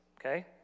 okay